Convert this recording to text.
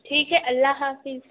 ٹھیک ہے اللہ حافظ